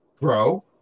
bro